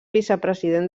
vicepresident